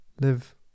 Live